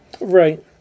Right